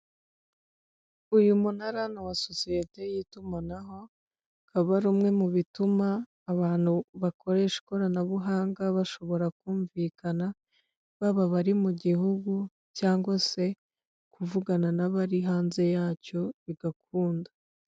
Uyu munara ni uwa sosiyete y'itumanaho, aba ari umwe mu bituma abantu bakoresha ikoranabuhanga bashobora kumvikana, baba bari mu gihugu cyangwa se kuvugana n'abari hanze yacyo bigakunda.